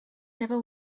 never